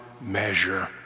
measure